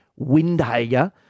Windhager